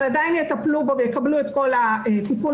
אבל עדיין יטפלו בו ויקבלו את כל הטיפול